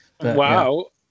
wow